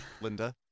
Linda